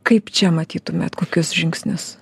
kaip čia matytumėt kokius žingsnius